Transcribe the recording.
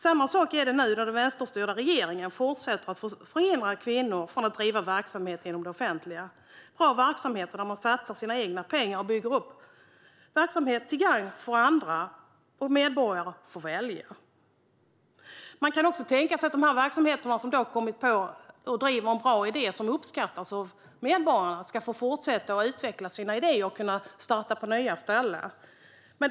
Samma sak är det nu när den vänsterstyrda regeringen fortsätter hindra kvinnor från att driva verksamhet inom det offentliga, där man satsar sina egna pengar och bygger upp verksamhet till gagn för andra, där medborgarna får välja. Man kan också tänka sig att de här verksamheterna som driver en bra idé som uppskattas av medborgarna ska få fortsätta att utveckla sina idéer och kunna starta på nya ställen.